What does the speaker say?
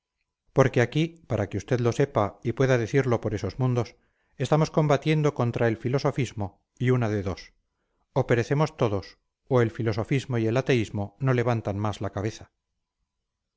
porque aquí para que usted lo sepa y pueda decirlo por esos mundos estamos combatiendo contra el filosofismo y una de dos o perecemos todos o el filosofismo y el ateísmo no levantan más la cabeza